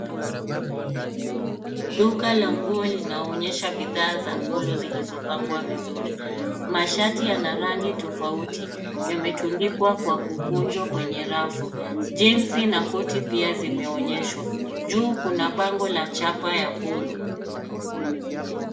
Duka la nguo linonyesha bidhaa za Polo zinazopangwa vizuri. Mashati yana rangi tofauti, yametundikwa kwa kukunjwa kwenye rafu. Jeans na koti pia zimeonyeshwa. Juu kuna bango la chapa ya Polo.